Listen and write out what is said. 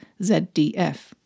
ZDF